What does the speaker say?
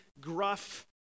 gruff